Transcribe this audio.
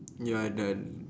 ya the